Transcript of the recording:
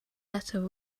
letter